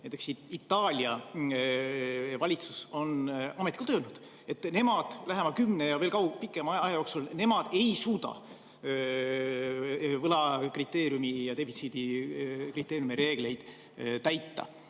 Itaalia valitsus on ametlikult öelnud, et nemad lähema kümne aasta ja veel pikema aja jooksul ei suuda võlakriteeriumi ja defitsiidikriteeriumi reegleid täita.